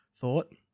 thought